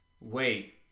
wait